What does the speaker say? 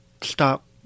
stop